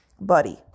buddy